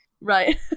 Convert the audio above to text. Right